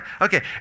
Okay